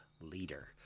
leader